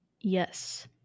Yes